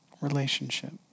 Relationship